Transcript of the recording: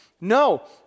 No